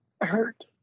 hurt